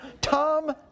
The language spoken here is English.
Tom